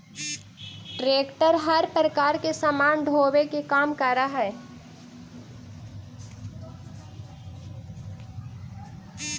tractor हर प्रकार के सामान ढोवे के काम करऽ हई